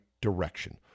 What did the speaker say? direction